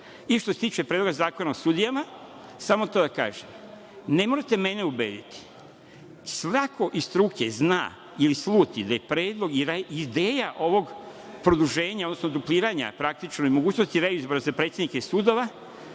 68%.Što se tiče Predloga zakona o sudijama, samo to da kažem, ne morate mene ubediti, svako iz struke zna ili sluti da je predlog i ideja ovog produženja, odnosno dupliranja praktično, nemogućnosti reizbora za predsednike sudova